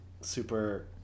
super